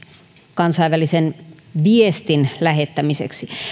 kansainvälisen viestin lähettämiseksi